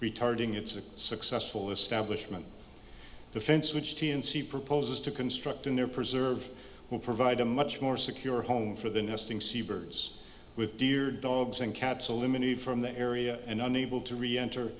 retarding it's a successful establishment the fence which teensy proposes to construct in their preserve will provide a much more secure home for the nesting seabirds with deer dogs and cats a limited from the area and unable to reenter